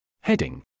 Heading